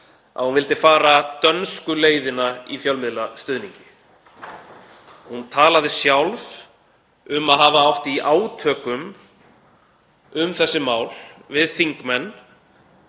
hún vildi fara dönsku leiðina í fjölmiðlastuðningi. Hún talaði sjálf um að hafa átt í átökum um þessi mál við þingmenn